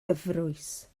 gyfrwys